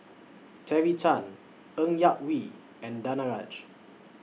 Terry Tan Ng Yak Whee and Danaraj